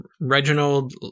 Reginald